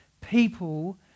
people